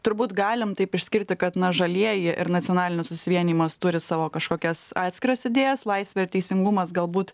turbūt galim taip išskirti kad na žalieji ir nacionalinis susivienijimas turi savo kažkokias atskiras idėjas laisvė ir teisingumas galbūt